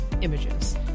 images